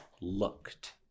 looked